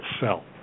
sell